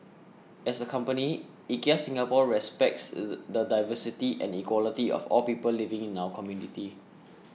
as a company IKEA Singapore respects the diversity and equality of all people living in our community